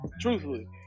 Truthfully